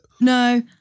No